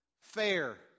Fair